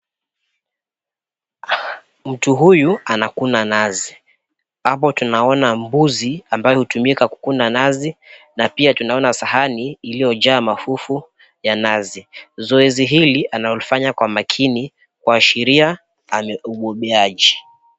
Mtu huyu anakuna nazi, hapo tunaona mbuzi ambayo hutumika kukuna nazi na pia tunaona sahani iliyojaa mafufu ya nazi. Zoezi hili analolifanya kwa makini kuashiria ana ubobeaji.